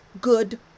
good